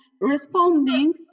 responding